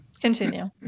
Continue